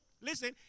listen